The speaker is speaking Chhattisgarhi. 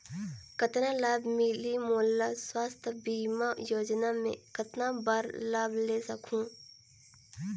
कतना लाभ मिलही मोला? स्वास्थ बीमा योजना मे कतना बार लाभ ले सकहूँ?